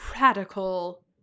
radical